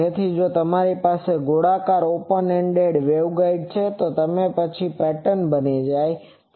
તેથી જો તમારી પાસે ગોળાકાર ઓપન એન્ડેડ વેવગાઇડ છે તો પછી આ પેટર્ન બની જાય છે